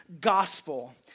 gospel